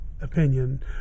opinion